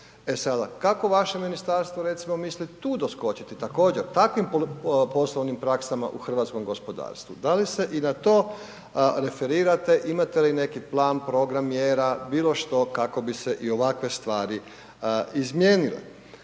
E sada, kako vaše ministarstvo recimo misli tu doskočiti također takvim poslovnim praksama u hrvatskom gospodarstvu, da li se i na to referirate, imate li neki plan, program mjera, bilo što kako bi se i ovakve stvari izmijenile?